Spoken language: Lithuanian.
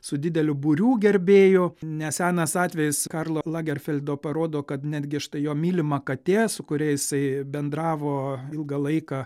su dideliu būriu gerbėjų nesenas atvejis karlo lagerfeldo parodo kad netgi štai jo mylima katė su kuria jisai bendravo ilgą laiką